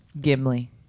Gimli